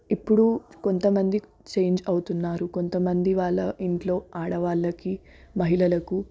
ఇప్పుడు కొంతమంది చేంజ్ అవుతున్నారు కొంతమంది వాళ్ళ ఇంట్ళో ఆడవాళ్ళకి మహిళలకు